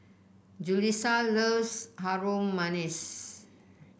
Julisa loves Harum Manis